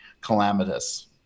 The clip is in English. calamitous